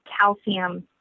calcium